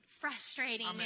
frustrating